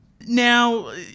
Now